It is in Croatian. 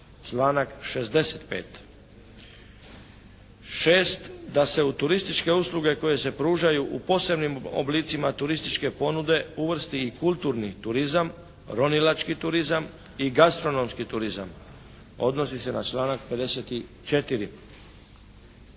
članak 65. Šest. Da se u turističke usluge koje se pružaju u posebnim oblicima turističke ponude uvrsti i kulturni turizam, ronilački turizam i gastronomski turizam, odnosi se na članak 54.